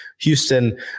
Houston